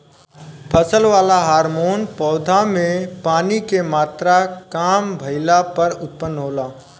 फसल वाला हॉर्मोन पौधा में पानी के मात्रा काम भईला पर उत्पन्न होला